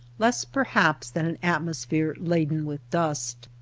less perhaps than an atmosphere laden with dust.